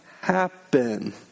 happen